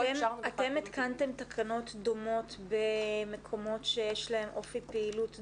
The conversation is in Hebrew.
אתם התקנתם תקנות דומות במקומות שיש להם אופי פעילות דומה,